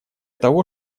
того